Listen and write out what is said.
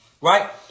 right